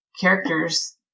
characters